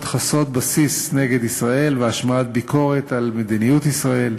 חסרות בסיס נגד ישראל והשמעת ביקורת על מדיניות ישראל.